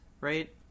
right